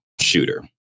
shooter